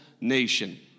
nation